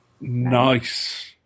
nice